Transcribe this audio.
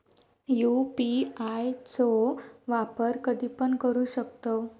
UPI चो वापर कधीपण करू शकतव?